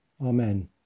Amen